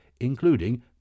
including